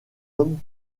homme